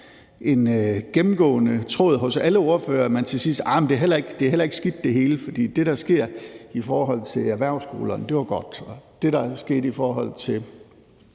en gennemgående tråd hos alle ordførere, hvor man til sidst sagde: Jamen det hele er jo heller ikke skidt, for det, der sker i forhold til erhvervsskolerne, er godt, og det, der sker i forhold til